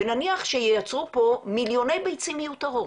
ונניח שייצרו פה מיליוני ביצים מיותרות.